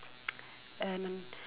and